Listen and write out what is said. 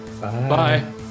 Bye